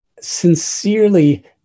sincerely